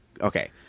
okay